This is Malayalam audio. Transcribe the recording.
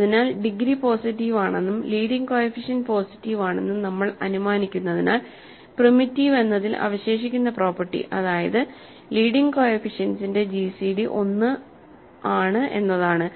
അതിനാൽ ഡിഗ്രി പോസിറ്റീവ് ആണെന്നും ലീഡിങ് കോഎഫിഷ്യന്റ് പോസിറ്റീവ് ആണെന്നും നമ്മൾ അനുമാനിക്കുന്നതിനാൽ പ്രിമിറ്റീവ് എന്നതിൽ അവശേഷിക്കുന്ന പ്രോപ്പർട്ടി അതായത് ലീഡിങ് കോഎഫിഷ്യന്റ്സിന്റെ ജിസിഡി 1 ആണ് എന്നതാണ്